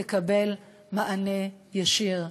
תקבל מענה ישיר.